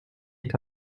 est